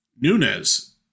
Nunez